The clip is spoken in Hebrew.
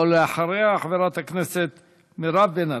ואחריה, חברת הכנסת מירב בן ארי.